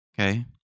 okay